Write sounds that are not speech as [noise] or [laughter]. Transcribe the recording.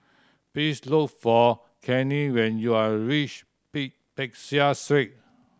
please look for Cannie when you are reach [unintelligible] Peck Seah Street